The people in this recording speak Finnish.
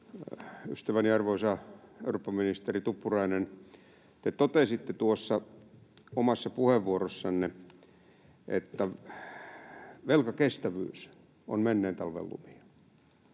Ystäväni, arvoisa eurooppaministeri Tuppurainen, te totesitte tuossa omassa puheenvuorossanne, että velkakestävyys on menneen talven lumia.